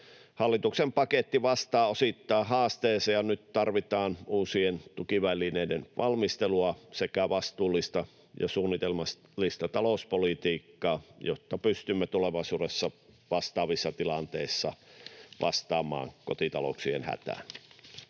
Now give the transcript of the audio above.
Hallituksen paketti vastaa osittain haasteeseen, ja nyt tarvitaan uusien tukivälineiden valmistelua sekä vastuullista ja suunnitelmallista talouspolitiikkaa, jotta pystymme tulevaisuudessa vastaavissa tilanteissa vastaamaan kotitalouksien hätään.